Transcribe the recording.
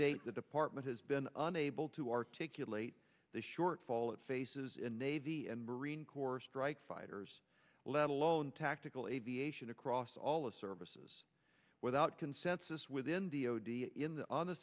date the department has been unable to articulate the shortfall it faces in navy and marine corps strike fighters let alone tactical aviation across all of services without consensus within the o d in the on the